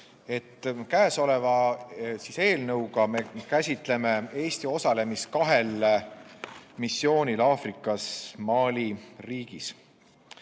Käesoleva eelnõuga me käsitleme Eesti osalemist kahel missioonil Aafrikas Mali riigis.